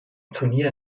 turnier